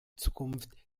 zukunft